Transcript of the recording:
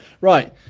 Right